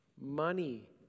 money